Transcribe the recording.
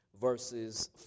verses